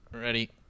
Ready